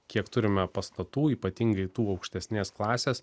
kiek turime pastatų ypatingai tų aukštesnės klasės